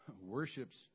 worships